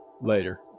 Later